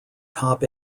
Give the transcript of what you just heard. top